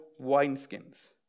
wineskins